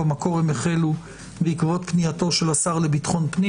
במקור הם החלו בעקבות פנייתו של השר לביטחון פנים,